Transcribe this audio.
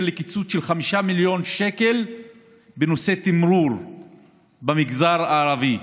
לקיצוץ של 5 מיליון שקל בנושא תמרור במגזר הערבי,